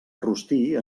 rostir